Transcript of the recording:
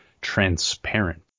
transparent